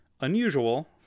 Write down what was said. unusual